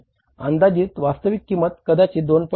अंदाजित वास्तविक किंमत कदाचित 2